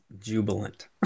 jubilant